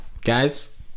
guys